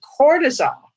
cortisol